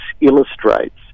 illustrates